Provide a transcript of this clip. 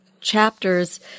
chapters